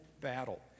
battle